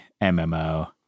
mmo